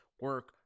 Work